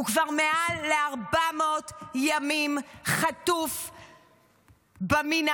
הוא כבר מעל ל-400 ימים חטוף במנהרות,